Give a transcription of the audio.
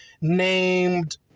named